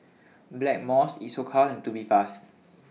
Blackmores Isocal and Tubifast